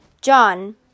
John